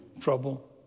trouble